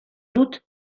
dut